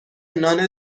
نان